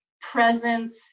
presence